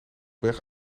weg